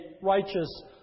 righteous